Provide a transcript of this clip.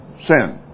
sin